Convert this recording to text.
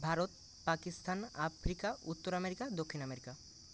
Bharat Pakistan Africa উত্তর America দক্ষিণ America